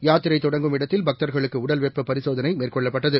யாத்திரை தொடங்கும் இடத்தில் பக்தர்களுக்கு உடல் வெப்ப பரிசோதனை மேற்கொள்ளப்பட்டது